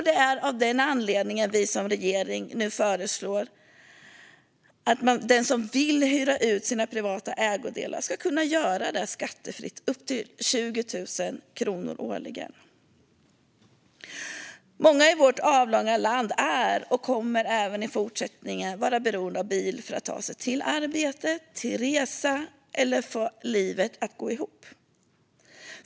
Det är av den anledningen vi som regering nu föreslår att den som vill hyra ut sina privata ägodelar ska kunna göra det skattefritt upp till 20 000 kronor årligen. Många i vårt avlånga land är och kommer även i fortsättningen vara beroende av bil för att ta sig till arbete, för att resa och för att få livet att gå ihop.